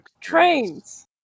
Trains